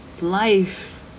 life